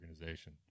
organization